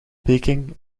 peking